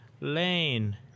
Lane